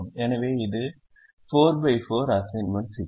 எனவே இது 4 x 4 assignment சிக்கல்